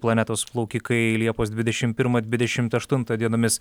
planetos plaukikai liepos dvidešim pirmą dvidešim aštuntą dienomis